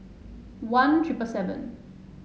one Triple seven